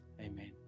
amen